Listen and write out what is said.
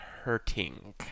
hurting